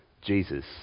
Jesus